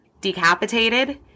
decapitated